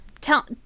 tell